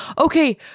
Okay